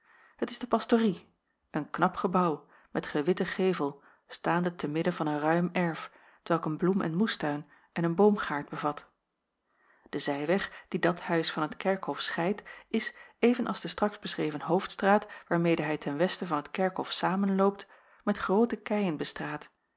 het is de pastorie een knap gebouw met gewitten gevel staande te midden van een ruim erf t welk een bloem en moestuin en een boomgaard bevat de zijweg die dat huis van het kerkhof scheidt is even als de straks beschreven hoofdstraat waarmede hij ten westen van het kerkhof samenloopt met groote keien bestraat